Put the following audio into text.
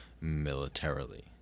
militarily